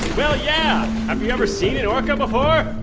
well, yeah. have you ever seen an orca before?